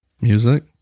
music